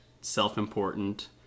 self-important